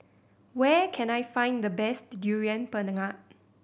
where can I find the best Durian Pengat